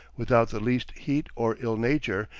without the least heat or ill-nature,